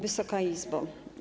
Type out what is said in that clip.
Wysoka Izbo!